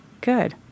Good